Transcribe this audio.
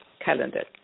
calendar